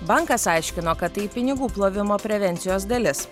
bankas aiškino kad tai pinigų plovimo prevencijos dalis